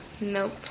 Nope